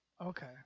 Okay